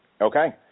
Okay